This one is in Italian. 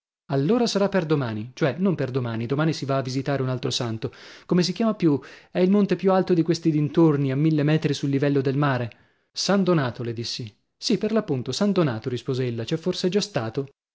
allora sarà per domani cioè non per domani domani si va a visitare un altro santo come si chiama più è il monte più alto di questi dintorni a mille metri sul livello del mare san donato le dissi sì per l'appunto san donato rispose ella c'è forse già stato